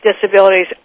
disabilities